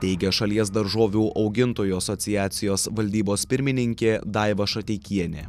teigia šalies daržovių augintojų asociacijos valdybos pirmininkė daiva šateikienė